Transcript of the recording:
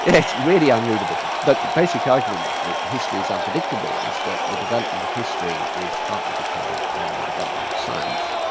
yes, really unreadable. but the basic argument that history is unpredictable is that the development of history is partly dependent on the development of science,